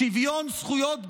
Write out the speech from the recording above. "שוויון זכויות גמור,